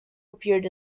appeared